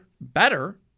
better